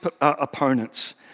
opponents